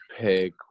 pick